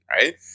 right